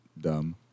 dumb